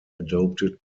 adopted